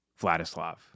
Vladislav